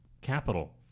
capital